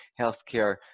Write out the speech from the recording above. healthcare